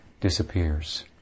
disappears